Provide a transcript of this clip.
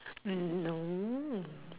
no